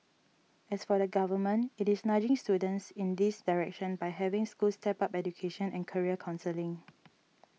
as for the Government it is nudging students in this direction by having schools step up education and career counselling